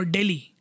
Delhi